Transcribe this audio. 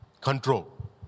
control